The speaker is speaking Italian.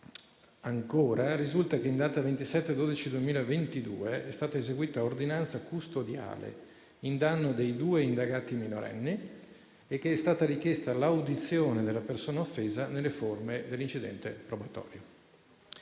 riguardo risulta che, in data 27 dicembre 2022, è stata eseguita ordinanza custodiale in danno dei due indagati minorenni e che è stata richiesta l'audizione della persona offesa nelle forme dell'incidente probatorio.